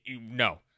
No